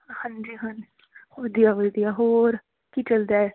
ਹਾਂਜੀ ਹਾਂ ਵਧੀਆ ਵਧੀਆ ਹੋਰ ਕੀ ਚਲਦਾ ਏ